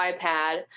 iPad